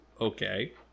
okay